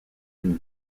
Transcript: une